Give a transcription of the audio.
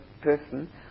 person